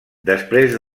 després